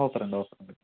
ഓഫറുണ്ട് ഓഫറുണ്ട്